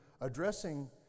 addressing